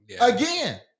again